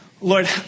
Lord